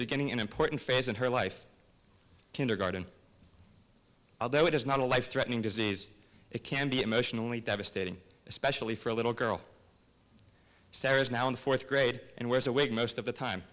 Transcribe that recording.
beginning an important phase in her life kindergarten although it is not a life threatening disease it can be emotionally devastating especially for a little girl sarah is now in fourth grade and wears a wig most of the time